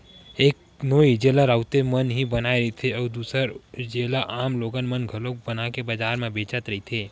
एक नोई जेला राउते मन ही बनाए रहिथे, अउ दूसर जेला आम लोगन मन घलोक बनाके बजार म बेचत रहिथे